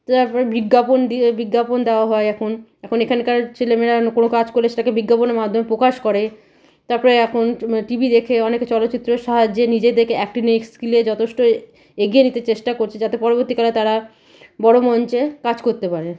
তো একবার বিজ্ঞাপন দিয়ে বিজ্ঞাপন দেওয়া হয় এখন এখন এখানকার ছেলে মেয়েরা কোনো কাজ করলে সেটাকে বিজ্ঞাপনের মাধ্যমে প্রকাশ করে তারপরে এখন টিভি দেখে অনেকে চলচিত্রের সাহায্যে নিজেদেরকে অ্যাকটিংয়ে স্কিলে যথেষ্ট এগিয়ে নিতে চেষ্টা করছে যাতে পরবর্তীকালে তারা বড়ো মঞ্চে কাজ করতে পারে